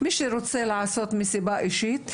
מי שרוצה לעשות מסיבה אישית שיעשה,